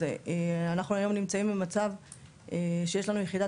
אז אנחנו היום נמצאים במצב שיש לנו יחידת